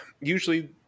usually